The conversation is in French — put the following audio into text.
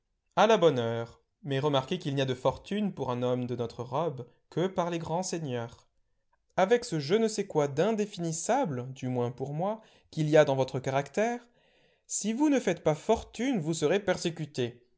a la bonne heure mais remarquez qu'il n'y a de fortune pour un homme de notre robe que par les grands seigneurs avec ce je ne sais quoi d'indéfinissable du moins pour moi qu'il y a dans votre caractère si vous ne faites pas fortune vous serez persécuté